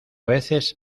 veces